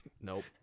nope